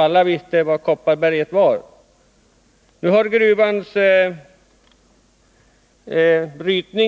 Alla visste vad Kopparberget var. Nu har brytningen i